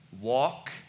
Walk